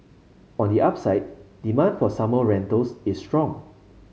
on the upside demand for summer rentals is strong